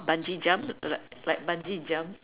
bungee jump like like bungee jump